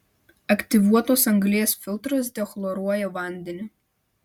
aktyvuotos anglies filtras dechloruoja vandenį